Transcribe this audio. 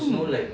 hmm